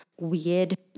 weird